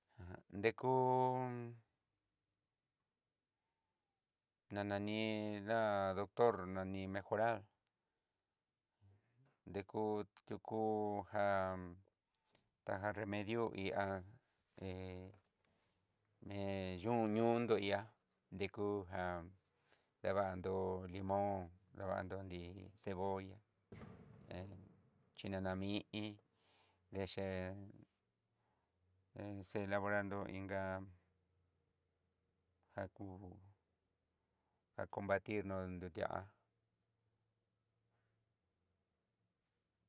Ajan dekú na nani dá doctor nani mejorar, ndekú tiuko jan tajan remidio ihá hé meyuniondo ihá, dekujan devando limón davandó nrí cebolla hé xhinana mí'i deche he celaborando inga jakú já combatirnró nrutiá.